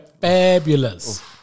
fabulous